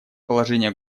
положение